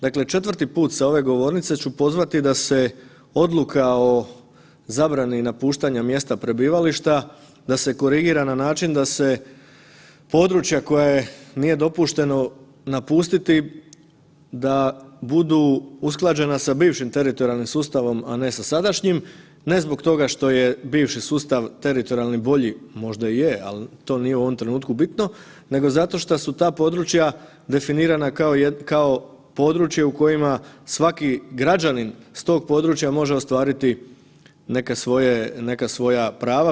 Dakle, četvrti put sa ove govornice ću pozvati da se odluka o zabrani napuštanja mjesta prebivališta, da se korigira na način da se područja koja nije dopušteno napustiti da budu usklađena sa bivšim teritorijalnim sustavom, a ne sa sadašnjim, ne zbog toga što je bivši sustav teritorijalni bolji, možda i je, al to nije u ovom trenutku bitno, nego zato šta su ta područja definirana kao područje u kojima svaki građanin s tog područja može ostvariti neke svoje, neka svoja prava.